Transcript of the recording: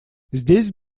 здесь